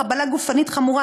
חבלה גופנית חמורה,